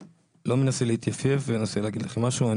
מנסה להתייפייף אלא רוצה להגיד לכם משהו.